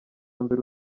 mbere